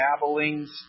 babblings